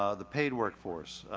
ah the paid workforce.